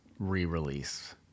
re-release